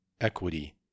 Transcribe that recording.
equity